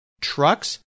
trucks